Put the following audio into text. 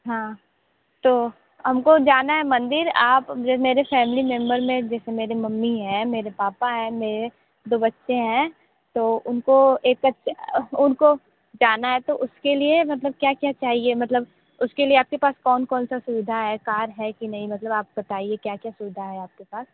हाँ तो हमको जाना है मंदिर आप मेरे फैमिली मेंबर में जैसे मेरे मम्मी हैं मेरे पापा हैं मेरे दो बच्चे हैं तो उनको इकट्ठे उनको जाना है तो उसके लिए मतलब क्या क्या चाहिए मतलब उसके लिए आपके पास कौन कौन सा सुविधा है कार है की नहीं मतलब आप बताइये क्या क्या सुविधा है आपके पास